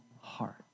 heart